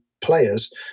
players